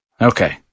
Okay